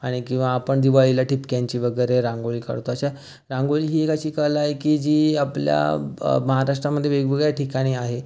आणि किंवा आपण दिवाळीला ठिपक्यांची वगैरे रांगोळी काढतो अशा रांगोळी ही एक अशी कला आहे की जी आपल्या ब महाराष्ट्रामध्ये वेगवेगळ्या ठिकाणी आहे